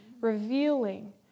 revealing